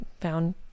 found